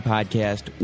Podcast